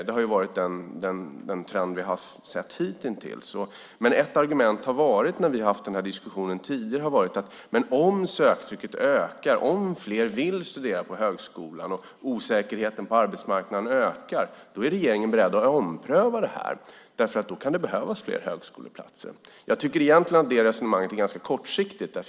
Det har varit den trend som vi har sett hittills. Ett argument när vi har haft den här diskussionen tidigare har varit att om söktrycket ökar, om fler vill studera på högskolan och osäkerheten på arbetsmarknaden ökar är regeringen beredd att ompröva det här. För då kan det behövas fler högskoleplatser. Jag tycker egentligen att det resonemanget är ganska kortsiktigt.